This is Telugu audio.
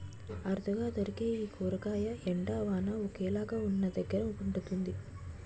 అరుదుగా దొరికే ఈ కూరగాయ ఎండ, వాన ఒకేలాగా వున్నదగ్గర పండుతుంది